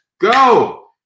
go